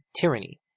tyranny